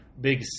big